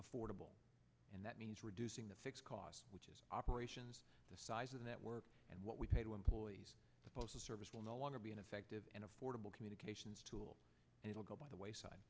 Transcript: affordable and that means reducing the fixed cost which is operations the size of the network and what we pay to employees the postal service will no longer be an effective and affordable communications tool it will go by the wayside